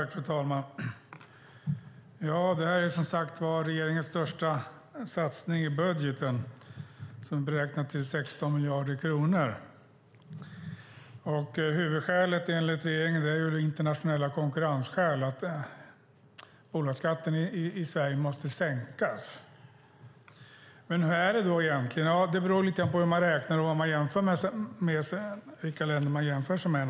Fru talman! Detta är regeringens största satsning i budgeten, och den är beräknad till 16 miljarder kronor. Huvudskälet är enligt regeringen att den internationella konkurrensen gör att bolagsskatten måste sänkas. Hur är det då egentligen? Det beror lite på hur man räknar och vilka länder man jämför sig med.